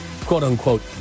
quote-unquote